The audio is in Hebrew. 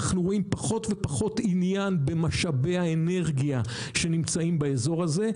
אנחנו רואים פחות ופחות עניין במשאבי האנרגיה שנמצאים באזור הזה,